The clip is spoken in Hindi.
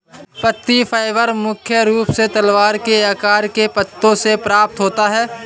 पत्ती फाइबर मुख्य रूप से तलवार के आकार के पत्तों से प्राप्त होता है